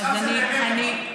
כמה זה באמת, אבל?